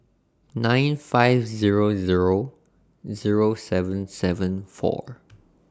nine five Zero Zero Zero seven seven four